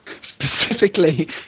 Specifically